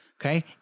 okay